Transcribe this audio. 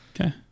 okay